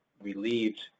Relieved